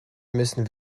müssen